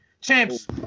Champs